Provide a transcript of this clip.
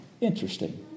Interesting